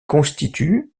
constitue